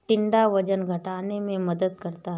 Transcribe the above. टिंडा वजन घटाने में मदद करता है